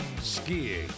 skiing